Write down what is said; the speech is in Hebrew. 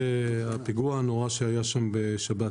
הפיגוע הנורא שהיה בשבת